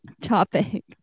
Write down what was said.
topic